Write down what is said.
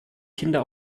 kinder